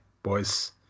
boys